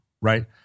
right